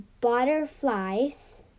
butterflies